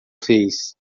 fez